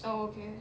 oh okay